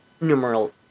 numeral